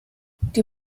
die